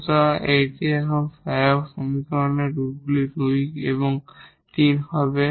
সুতরাং এটিই এই অক্সিলিয়ারি সমীকরণের রুটগুলি 2 এবং 3 হবে